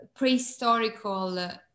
prehistorical